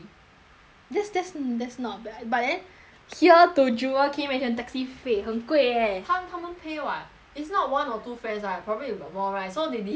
that's that's that's not bad but then here to jewel came in the taxi 费很贵 eh 他他们 pay [what] it's not one or two friends right probably you got more right so they divide the fare